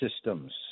systems